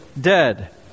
dead